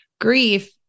Grief